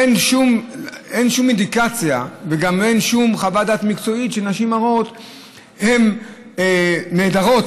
אין שום אינדיקציה וגם אין שום חוות דעת מקצועית שנשים הרות הן נעדרות